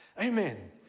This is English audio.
Amen